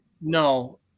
No